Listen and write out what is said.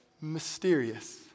mysterious